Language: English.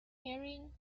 herring